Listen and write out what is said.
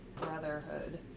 Brotherhood